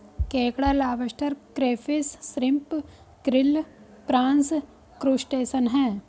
केकड़ा lobster crayfish shrimp krill prawns crustacean है